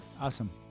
Awesome